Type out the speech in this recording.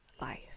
life